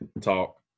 talk